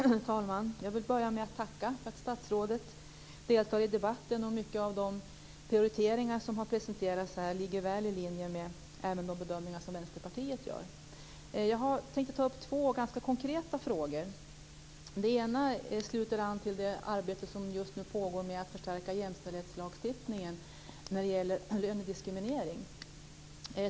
Herr talman! Jag vill börja med att tacka för att statsrådet deltar i debatten. Många av de prioriteringar som har presenterats här ligger väl i linje med de bedömningar som Vänsterpartiet gör. Jag tänkte ta upp två ganska konkreta frågor. Den ena ansluter till det arbete som just nu pågår med att förstärka jämställdhetslagstiftningen när det gäller lönediskriminering.